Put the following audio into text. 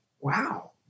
wow